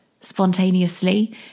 spontaneously